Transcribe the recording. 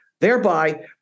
thereby